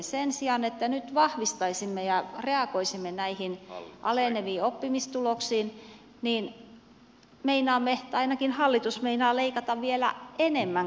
sen sijaan että nyt vahvistaisimme ja reagoisimme näihin aleneviin oppimistuloksiin meinaamme tai ainakin hallitus meinaa leikata vielä enemmän koulutuksesta